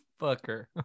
fucker